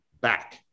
back